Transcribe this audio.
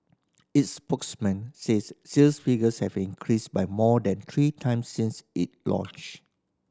its spokesman says sales figures have increased by more than three times since it launched